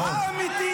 אלמוג,